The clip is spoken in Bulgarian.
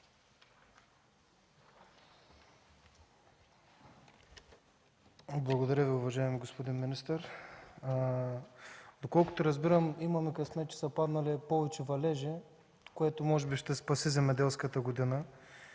Благодаря Ви. Уважаеми господин министър, доколкото разбирам, имаме късмет, че са паднали повече валежи, което може би ще спаси земеделската година.